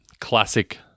classic